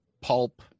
pulp